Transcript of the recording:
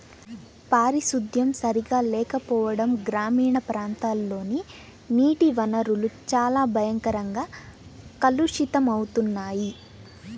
పారిశుద్ధ్యం సరిగా లేకపోవడం గ్రామీణ ప్రాంతాల్లోని నీటి వనరులు చాలా భయంకరంగా కలుషితమవుతున్నాయి